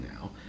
now